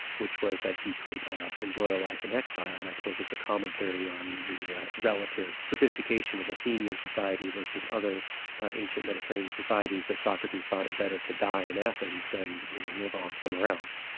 which was that he could enjoy a life in exile, and i suppose it's a commentary on the relative sophistication of athenian society versus other ancient mediterranean societies that socrates thought it better to die in athens than you know live on somewhere else.